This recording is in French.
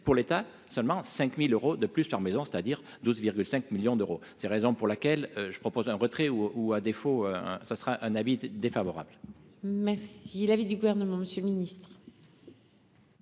pour l'État, seulement 5000 euros de plus par maison, c'est-à-dire 12,5 millions d'euros, c'est, raison pour laquelle je propose un retrait ou, à défaut, hein, ça sera un avis défavorable. Merci l'avis du gouvernement, Monsieur le Ministre.